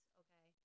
okay